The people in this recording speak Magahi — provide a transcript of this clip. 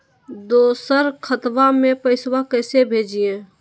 दोसर खतबा में पैसबा कैसे भेजिए?